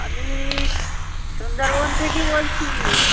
আমি সুন্দরবন থেকে বলছি